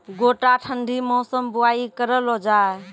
गोटा ठंडी मौसम बुवाई करऽ लो जा?